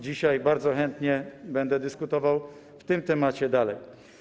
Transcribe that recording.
Dzisiaj bardzo chętnie będę dyskutował o tym temacie dalej.